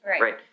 Right